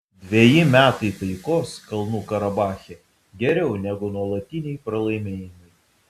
dveji metai taikos kalnų karabache geriau negu nuolatiniai pralaimėjimai